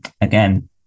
again